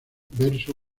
verso